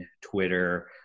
Twitter